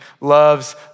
loves